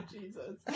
Jesus